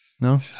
No